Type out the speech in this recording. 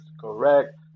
correct